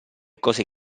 cose